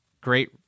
great